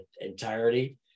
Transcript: entirety